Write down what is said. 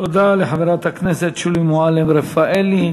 תודה לחברת הכנסת שולי מועלם-רפאלי.